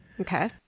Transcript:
Okay